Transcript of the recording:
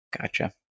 Gotcha